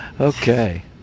Okay